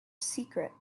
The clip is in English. secret